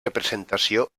representació